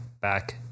back